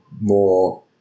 more –